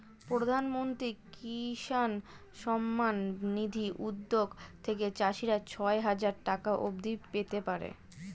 প্রধানমন্ত্রী কিষান সম্মান নিধি উদ্যোগ থেকে চাষিরা ছয় হাজার টাকা অবধি পেতে পারে